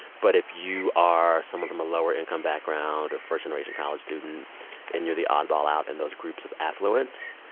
but if you are someone from a lower-income background or first-generation college student and you're the oddball out in those groups of affluence,